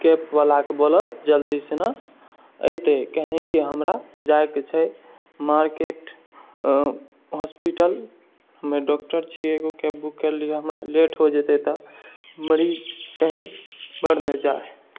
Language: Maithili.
कैबवलाके बोलऽ जल्दी सीना एतै कियाकि हमरा जाइ के छै मार्केट हॉस्पिटल हमे डॉक्टर छियै एगो कैब बुक करलियै हमरा लेट हो जेतै तऽ मरीज कहीं मरि ने जाइ